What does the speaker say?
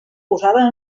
posada